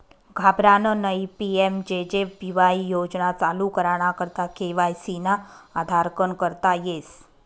घाबरानं नयी PMJJBY योजना चालू कराना करता के.वाय.सी ना आधारकन करता येस